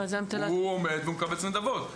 הוא עומד ומקבץ נדבות.